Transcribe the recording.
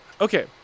okay